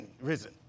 risen